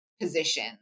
position